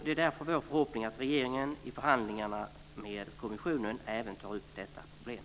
Det är därför vår förhoppning att regeringen i förhandlingarna med kommissionen även tar upp detta problem.